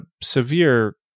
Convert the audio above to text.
severe